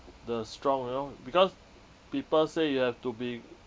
the strong you know because people say you have to be